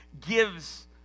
gives